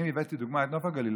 אני הבאתי כדוגמה את נוף הגליל,